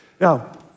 Now